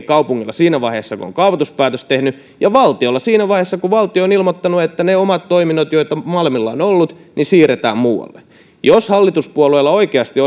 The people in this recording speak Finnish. kaupungilla siinä vaiheessa kun se on kaavoituspäätöksen tehnyt ja valtiolla siinä vaiheessa kun valtio on ilmoittanut että ne omat toiminnot joita malmilla on ollut siirretään muualle jos hallituspuolueilla oikeasti